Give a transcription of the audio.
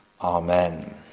Amen